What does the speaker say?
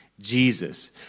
Jesus